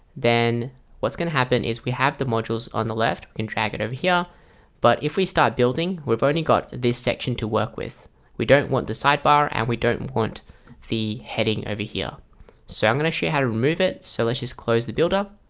then what's going to happen is we have the modules on the left we can drag it over here but if we start building we've only got this section to work with we don't want the sidebar and we don't want the heading over here so i'm gonna show you how to remove it. so let's just close the builder